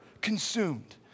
consumed